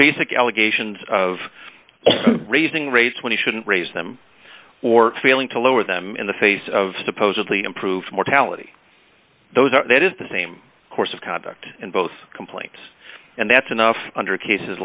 basic allegations of raising rates when you shouldn't raise them or failing to lower them in the face of supposedly improved mortality those are that is the same course of conduct and both complaints and that's enough under cases